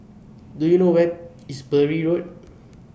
Do YOU know Where IS Bury Road